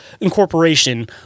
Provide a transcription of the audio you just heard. incorporation